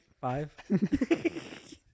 Five